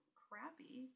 crappy